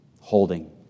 holding